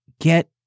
get –